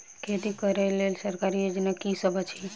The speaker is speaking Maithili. खेती करै लेल सरकारी योजना की सब अछि?